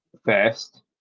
First